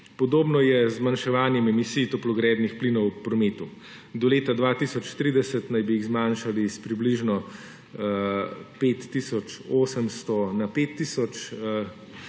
Podobno je z zmanjševanjem emisij toplogrednih plinov v prometu. Do leta 2030 naj bi jih zmanjšali s približno 5 tisoč 800